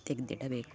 ತೆಗೆದಿಡಬೇಕು